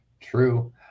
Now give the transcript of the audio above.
true